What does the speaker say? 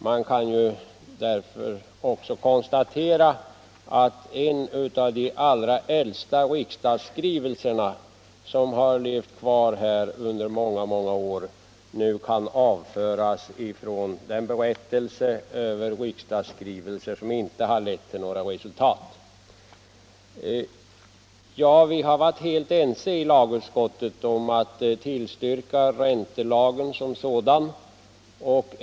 Man kan också konstatera att en av de allra äldsta av de riksdagsskrivelser som inte lett till några resultat nu kan avföras från listan över sådana skrivelser. Vi har varit helt ense i lagutskottet om att tillstyrka förslaget till räntelag.